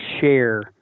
share